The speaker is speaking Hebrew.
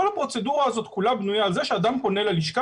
כל הפרוצדורה הזאת בנויה על זה שאדם פונה ללשכה